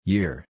Year